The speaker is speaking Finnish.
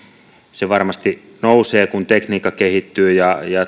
se varmasti nousee kun tekniikka kehittyy ja